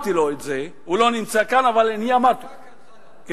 הוא לא נמצא כאן, אני נמצא כאן.